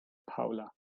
paula